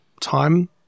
time